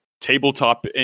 tabletop